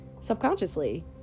subconsciously